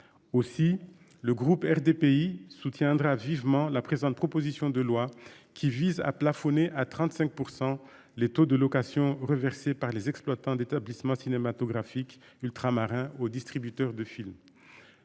Aussi le groupe RDPI soutiendra vivement la présente, proposition de loi qui vise à plafonner à 35% les taux de location reversés par les exploitants d'établissements cinématographiques ultramarins au distributeurs de films.